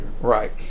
right